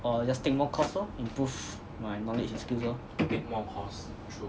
or just take more course lor improve my knowledge and skills lor